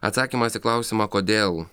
atsakymas į klausimą kodėl